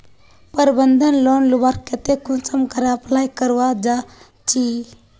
प्रबंधन लोन लुबार केते कुंसम करे अप्लाई करवा चाँ चची?